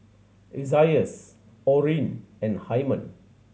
Isaias Orrin and Hyman